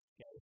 Okay